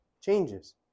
changes